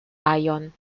ion